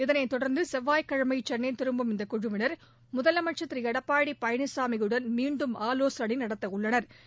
இதனைத் தொடர்ந்து செவ்வாய்கிழமை சென்னை திரும்பும் இந்த குழுவிளர் முதலமைச்சர் திரு எடப்பாடி பழனிசாமியுடன் மீண்டும் ஆலோசனை நடத்தவுள்ளனா்